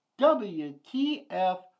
WTF